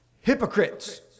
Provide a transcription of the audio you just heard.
hypocrites